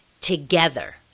together